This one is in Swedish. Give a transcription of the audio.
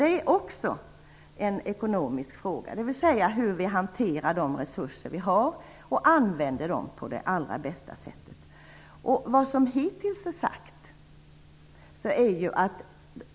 Det är också en ekonomisk fråga, dvs. hur vi hanterar de resurser som vi har och använder dem på det allra bästa sättet.